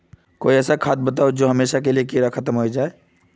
कोई ऐसा खाद बताउ जो हमेशा के लिए कीड़ा खतम होबे जाए?